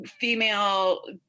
female